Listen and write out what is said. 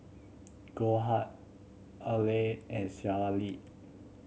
Goldheart Olay and Sea Lee